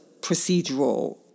procedural